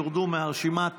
יורדו מהרשימה.